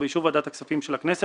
ובאישור ועדת הכספים של הכנסת,